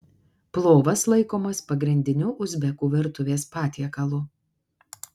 plovas laikomas pagrindiniu uzbekų virtuvės patiekalu